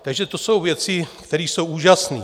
Takže to jsou věci, které jsou úžasné.